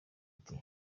ati